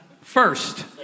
first